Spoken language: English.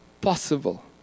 possible